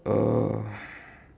uh